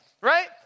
Right